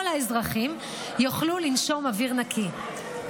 כל האזרחים, יוכלו לנשום אוויר נקי.